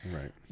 Right